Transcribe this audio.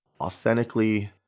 authentically